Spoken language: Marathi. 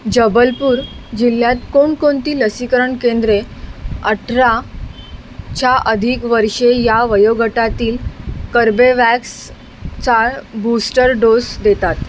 जबलपूर जिल्ह्यात कोणकोणती लसीकरण केंद्रे अठरा च्या अधिक वर्षे या वयोगटातील कर्बेवॅक्स चा बूस्टर डोस देतात